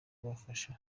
kubafasha